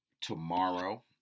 tomorrow